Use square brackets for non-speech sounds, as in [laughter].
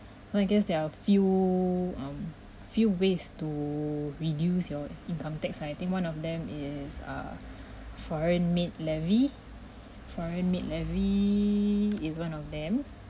so I guess there are a few um few ways to reduce your income tax I think one of them is err [breath] foreign maid levy foreign maid levy is one of them